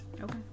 Okay